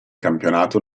campionato